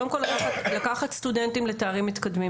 קודם כל לקחת סטודנטים לתארים מתקדמים,